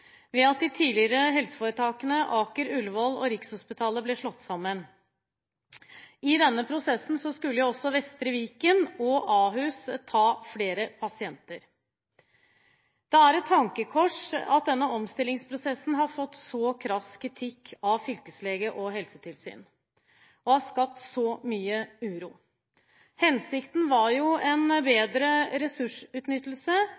ved at de tidligere helseforetakene Aker, Ullevål og Rikshospitalet ble slått sammen. I denne prosessen skulle også Vestre Viken og Ahus ta flere pasienter. Det er et tankekors at denne omstillingsprosessen har fått så krass kritikk av fylkeslege og helsetilsyn og har skapt så mye uro. Hensikten var en